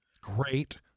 Great